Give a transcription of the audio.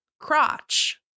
crotch